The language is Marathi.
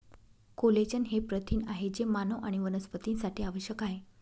कोलेजन हे प्रथिन आहे जे मानव आणि वनस्पतींसाठी आवश्यक आहे